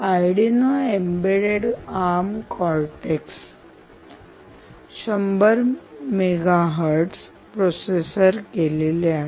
Arduino embedding ARM Cortex 100MHz processor केले आहे